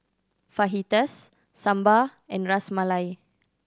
Fajitas Sambar and Ras Malai